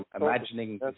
imagining